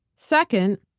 second,